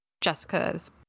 Jessica's